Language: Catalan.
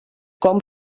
com